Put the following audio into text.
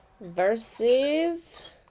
versus